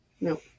No